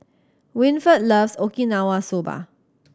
Winford loves Okinawa Soba